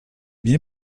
bien